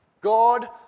God